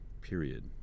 period